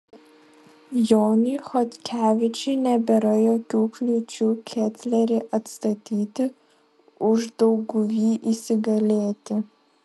jonui chodkevičiui nebėra jokių kliūčių ketlerį atstatyti uždauguvy įsigalėti